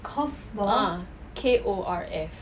ah K O R F